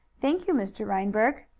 thank you, mr. reinberg.